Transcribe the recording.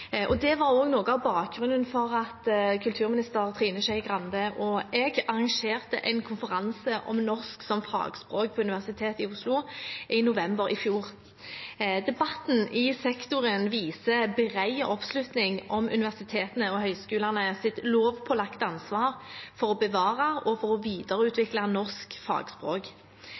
opp. Det var også noe av bakgrunnen for at kulturminister Trine Skei Grande og jeg arrangerte en konferanse om norsk som fagspråk på Universitetet i Oslo i november i fjor. Debatten i sektoren viser bred oppslutning om universitetenes og høyskolenes lovpålagte ansvar for å bevare og videreutvikle norsk fagspråk.